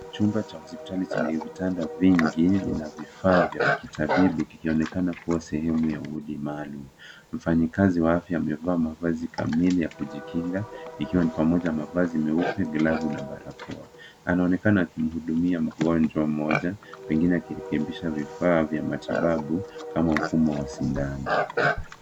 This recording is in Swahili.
Chumba cha hospitali chenye vitanda vingi na vifaa vya kitabibu, kikionekana kuwa sehemu ya wodi maalum. Mfanyikazi wa afya amevaa mavazi kamili ya kujikinga, vikiwa ni pamoja na mavazi meupe, glavu na barakoa. Anaonekana akimhudumia mgonjwa mmoja, pengine akirekebisha vifaa vya matibabu kama mfumo wa sindano.